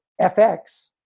FX